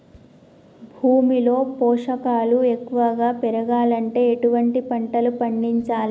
భూమిలో పోషకాలు ఎక్కువగా పెరగాలంటే ఎటువంటి పంటలు పండించాలే?